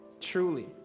truly